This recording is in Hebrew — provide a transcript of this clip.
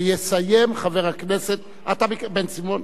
ויסיים חבר הכנסת בן-סימון.